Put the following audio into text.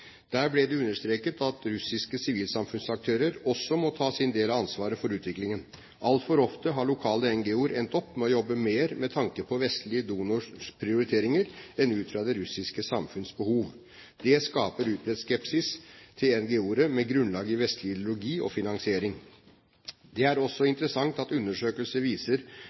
Der ble det understreket at russiske sivilsamfunnsaktører også må ta sin del av ansvaret for utviklingen. Altfor ofte har lokale NGO-er endt opp med å jobbe mer med tanke på vestlige donorers prioriteringer enn ut fra det russiske samfunnets behov. Det skaper utbredt skepsis til NGO-er med grunnlag i vestlige ideologier og finansiering. Det er også interessant at undersøkelser viser